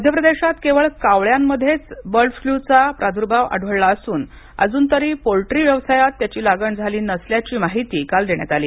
मध्यप्रदेशात केवळ कावळ्यांमध्ये च बर्डफ्ल्यू चा प्रादुर्भाव आढळून आला असून अजून तरी पोल्ट्री व्यवसायात त्याची लागणझाली नसल्याची माहिती काळ देण्यात आली